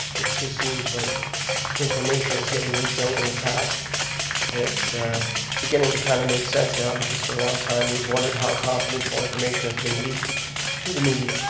just seems like information is getting leaked out in the past and it's beginning to kind of make sense now because for a long time we've wondered how confidential information has been leaked to the media.